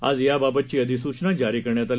आज याबाबतची अधिसूचना जारी करण्यात आली